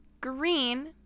green